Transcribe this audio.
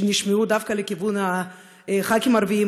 שנשמעו דווקא לכיוון הח"כים הערבים,